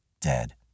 dead